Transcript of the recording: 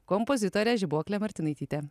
kompozitorė žibuoklė martinaitytė